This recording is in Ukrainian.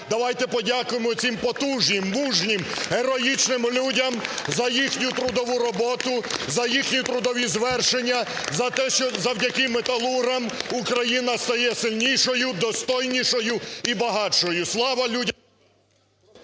давайте подякуємо цим потужним, мужнім, героїчним людям за їхню трудову роботу, за їхні трудові звершення, за те, що завдяки металургам Україна стає сильнішою, достойнішою і багатшою! (Оплески)